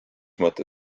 mõte